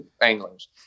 anglers